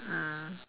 mm